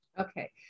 Okay